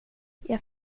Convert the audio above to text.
jag